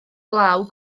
glaw